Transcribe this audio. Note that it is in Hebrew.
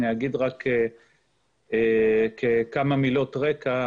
אני אגיד כמה מילות רקע.